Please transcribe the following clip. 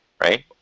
Right